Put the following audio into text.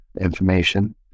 Information